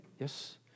Yes